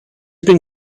been